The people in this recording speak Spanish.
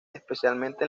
especialmente